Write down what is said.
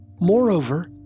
Moreover